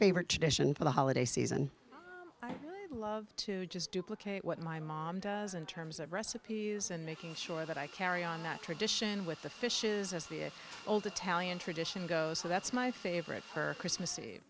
favorite tradition for the holiday season i love to just duplicate what my mom does in terms of recipes and making sure that i carry on that tradition with the fishes as the old italian tradition goes so that's my favorite for christmas eve